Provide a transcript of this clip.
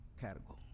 cargo